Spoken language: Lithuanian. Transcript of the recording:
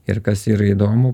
ir kas yra įdomu